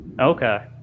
Okay